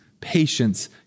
patience